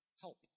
help